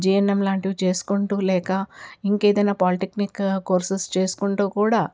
GNM లాంటివి చేసుకుంటూ లేక ఇంకేదైనా పాలిటెక్నిక్ కోర్సెస్ చేసుకుంటూ కూడా